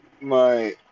my-